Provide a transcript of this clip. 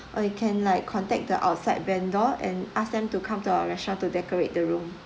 or you can like contact the outside vendor and ask them to come to our restaurant to decorate the room